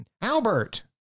Albert